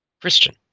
Christian